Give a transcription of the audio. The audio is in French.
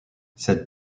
cette